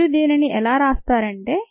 మరియు దీనిని ఎలా రాస్తారంటే